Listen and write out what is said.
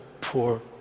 poor